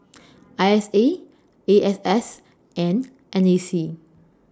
I S A A X S and N A C